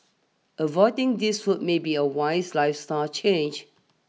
avoiding these foods may be a wise lifestyle change